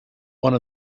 one